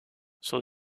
son